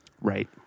Right